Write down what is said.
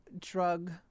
drug